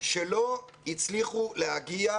שלא הצליחו להגיע,